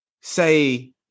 say